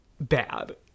bad